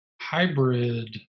hybrid